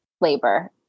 labor